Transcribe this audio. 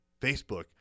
Facebook